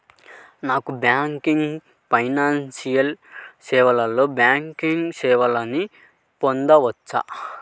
Non banking financial సేవలో banking సేవలను పొందవచ్చా?